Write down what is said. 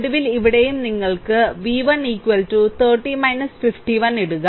ഒടുവിൽ ഇവിടെയും നിങ്ങൾ v1 30 51 ഇടുക